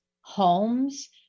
homes